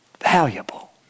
valuable